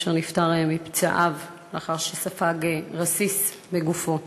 אשר נפטר מפצעיו לאחר שספג רסיס בגופו.